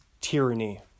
tyranny